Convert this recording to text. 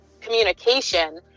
communication